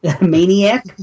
Maniac